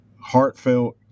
heartfelt